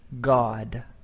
God